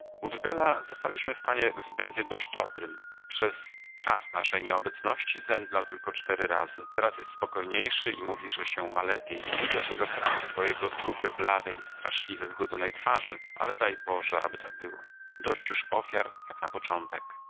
woodbella zastaliśmy w stanie względnie dość dobrym przez czas naszej nieobecności zemdlał tylko cztery razy teraz jest spokojniejszy i mówi że się ma lepiej nie widać tego wprawdzie po jego trupio bladej i straszliwie wychudzonej twarzy ale daj boże aby tak było dość już ofiar jak na początek